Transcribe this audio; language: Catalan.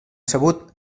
sabut